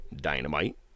Dynamite